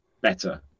better